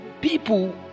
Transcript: people